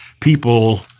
people